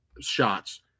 shots